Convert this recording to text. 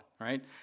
right